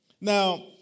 Now